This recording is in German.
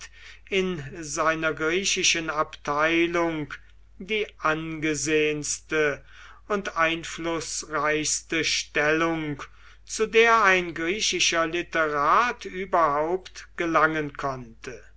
in seiner griechischen abteilung die angesehenste und einflußreichste stellung zu der ein griechischer literat überhaupt gelangen konnte